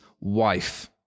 wife